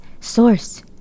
source